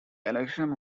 election